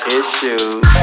issues